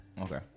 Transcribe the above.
Okay